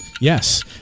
Yes